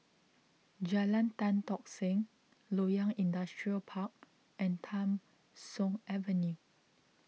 Jalan Tan Tock Seng Loyang Industrial Park and Tham Soong Avenue